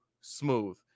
smooth